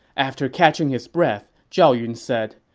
after catching his breath, zhao yun said,